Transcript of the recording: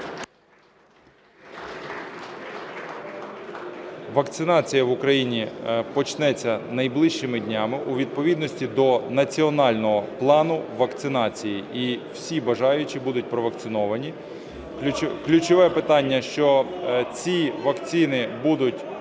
Вакцинація в Україні почнеться найближчими днями у відповідності до національного плану вакцинації, і всі бажаючі будуть провакциновані. Ключове питання, що ці вакцини будуть